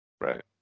Right